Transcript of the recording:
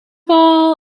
all